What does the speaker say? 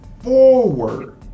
forward